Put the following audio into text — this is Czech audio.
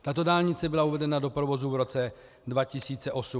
Tato dálnice byla uvedena do provozu v roce 2008.